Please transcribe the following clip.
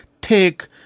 take